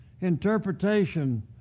interpretation